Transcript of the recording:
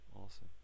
awesome